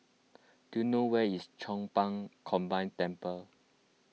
do you know where is Chong Pang Combined Temple